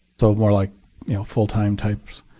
so more like full time types,